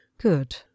Good